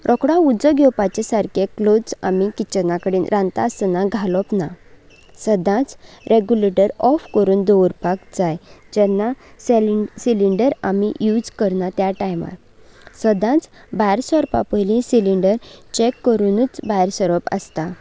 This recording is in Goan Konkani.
रोखडो उजो घेवपाचे सारके क्लोत्स आमी किचना कडेन रांदता आसतना घालप ना सदांच रॅगुलेटर ऑफ करून दवरपाक जाय जेन्ना सॅलिं सिलिंडर आमी यूज करना त्या टायमार सदांच भायर सरपा पयलीं सिलिंडर चॅक करुनूच भायर सरप आसता